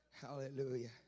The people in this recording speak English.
Hallelujah